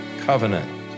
covenant